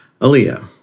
Aaliyah